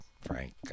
frank